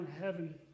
heaven